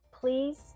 Please